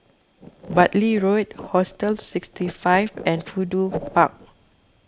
Bartley Road Hostel sixty five and Fudu Park